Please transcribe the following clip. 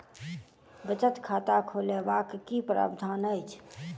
बचत खाता खोलेबाक की प्रावधान अछि?